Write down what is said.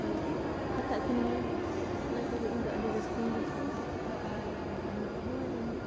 ᱢᱟᱱᱮ ᱠᱤ ᱠᱟᱛᱷᱟᱜ ᱥᱟᱱᱟᱧᱟ ᱚᱱᱟ ᱠᱚᱜᱮ ᱤᱧ ᱫᱚ ᱟᱹᱰᱤ ᱨᱟᱹᱥᱠᱟᱹᱧ ᱵᱩᱡᱷᱟᱹᱣᱟ ᱟᱹᱰᱤ ᱱᱟᱯᱟᱭᱤᱧ ᱵᱩᱡᱷᱟᱹᱣᱟ ᱤᱧ ᱫᱚ